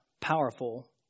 powerful